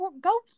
go